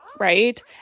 Right